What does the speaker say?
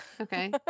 okay